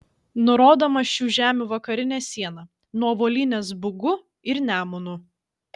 nurodoma šių žemių vakarinė siena nuo volynės bugu ir nemunu